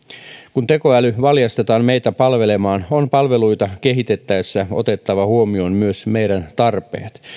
kun tekoäly valjastetaan meitä palvelemaan on palveluita kehitettäessä otettava huomioon myös meidän tarpeemme